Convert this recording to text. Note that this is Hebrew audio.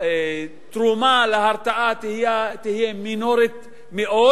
התרומה להרתעה תהיה מינורית מאוד,